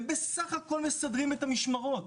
הם בסך הכול מסדרים את המשמרות.